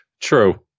True